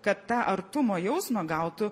kad tą artumo jausmą gautų